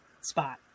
spot